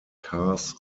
cars